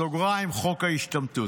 בסוגריים: חוק ההשתמטות.